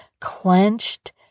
clenched